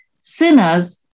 sinners